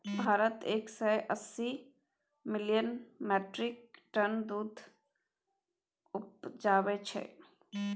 भारत एक सय अस्सी मिलियन मीट्रिक टन दुध उपजाबै छै